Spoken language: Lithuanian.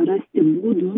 rasti būdų